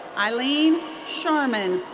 eileen sharmin.